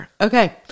Okay